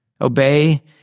obey